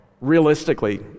Realistically